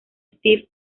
steve